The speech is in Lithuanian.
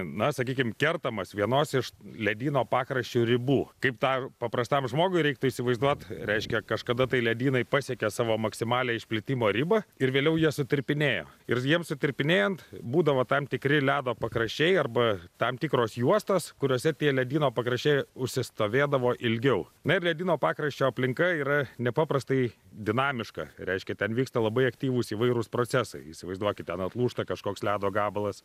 na sakykim kertamas vienos iš ledyno pakraščio ribų kaip tą paprastam žmogui reiktų įsivaizduot reiškia kažkada tai ledynai pasiekė savo maksimalią išplitimo ribą ir vėliau jie supirkinėjo ir jiems sutirpinėjant būdavo tam tikri ledo pakraščiai arba tam tikros juostos kuriose tie ledyno pakraščiai užsistovėdavo ilgiau na ir ledyno pakraščio aplinka yra nepaprastai dinamiška reiškia ten vyksta labai aktyvūs įvairūs procesai įsivaizduokite vat lūžta kažkoks ledo gabalas